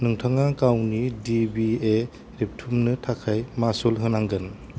नोंथाङा गावनि D B A रेबथुमनो थाखाय मासुल होनांगोन